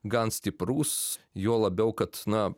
gan stiprus juo labiau kad na